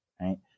Right